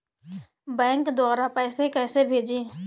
Bank द्वारा पैसे कैसे भेजें?